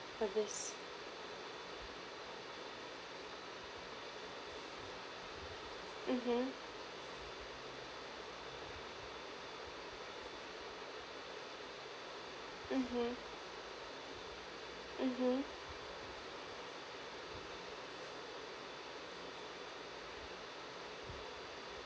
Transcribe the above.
for this mmhmm mmhmm mmhmm